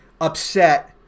upset